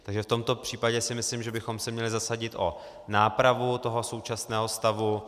Takže v tomto případě si myslím, že bychom se měli zasadit o nápravu toho současného stavu.